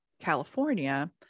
california